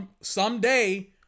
someday